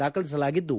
ದಾಖಲಿಸಲಾಗಿದ್ದು